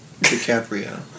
DiCaprio